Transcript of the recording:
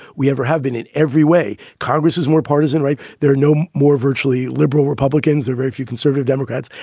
we ever have been in every way. congress is more partisan, right? there are no more virtually liberal republicans, the very few conservative democrats.